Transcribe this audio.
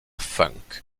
funk